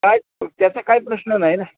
काय त्याचं काय प्रश्न नाही ना